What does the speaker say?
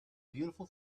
beautiful